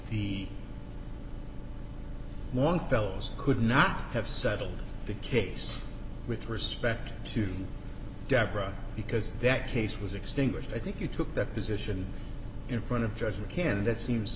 he longfellow's could not have settled the case with respect to deborah because that case was extinguished i think you took the position in front of judge macand that seems